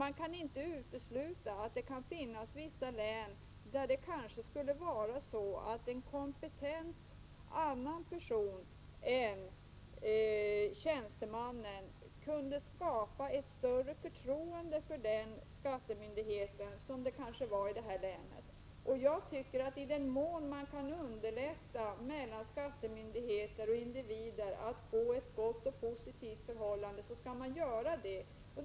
Man kan inte utesluta att situationen i ett visst län är sådan att en kompetent annan person än en tjänsteman kan skapa ett större förtroende för skattemyndigheten i just det länet. I den mån man kan underlätta ett gott och positivt förhållande mellan skattemyndigheten och individen, skall man göra detta.